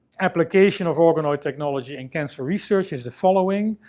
application of organoid technology in cancer research is the following.